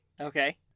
Okay